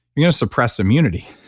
you know suppress immunity